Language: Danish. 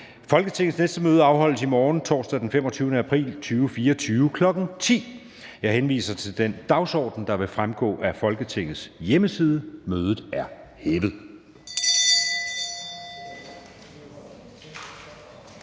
Folketingets næste møde afholdes i morgen, torsdag den 25. april 2024, kl. 10.00. Jeg henviser til den dagsorden, der vil fremgå af Folketingets hjemmeside. Mødet er hævet.